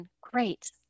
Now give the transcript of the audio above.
great